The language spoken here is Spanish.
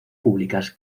públicas